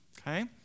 Okay